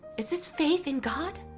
is this faith in god?